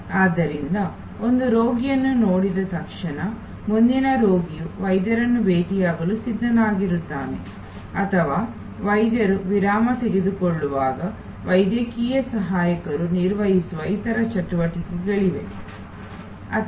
ಆದ್ದರಿಂದ ಒಂದು ರೋಗಿಯನ್ನು ನೋಡಿದ ತಕ್ಷಣ ಮುಂದಿನ ರೋಗಿಯು ವೈದ್ಯರನ್ನು ಭೇಟಿಯಾಗಲು ಸಿದ್ಧನಾಗಿರುತ್ತಾನೆ ಅಥವಾ ವೈದ್ಯರು ವಿರಾಮ ತೆಗೆದುಕೊಳ್ಳುವಾಗ ವೈದ್ಯಕೀಯ ಸಹಾಯಕರು ಇತರ ಚಟುವಟಿಕೆಗಳನ್ನು ನಿರ್ವಹಿಸುತ್ತಾರೆ